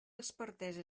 expertesa